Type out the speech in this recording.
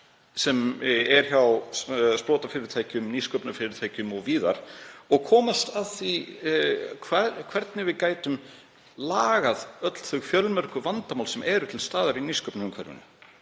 hjá sprotafyrirtækjum, nýsköpunarfyrirtækjum og víðar og komast að því hvað og hvernig við gætum lagað öll þau fjölmörgu vandamál sem eru til staðar í nýsköpunarumhverfinu